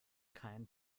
keinen